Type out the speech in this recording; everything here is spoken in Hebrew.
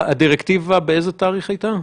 הדירקטיבה באיזה תאריך הייתה?